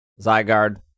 Zygarde